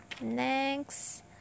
next